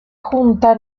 junta